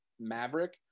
maverick